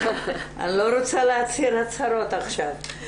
אני לא רוצה להצהיר הצהרות עכשיו.